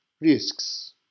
risks